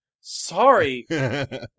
sorry